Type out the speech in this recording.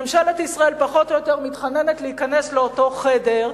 ממשלת ישראל פחות או יותר מתחננת להיכנס לאותו חדר,